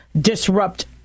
disrupt